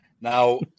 Now